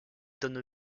donne